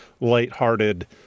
lighthearted